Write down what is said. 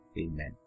Amen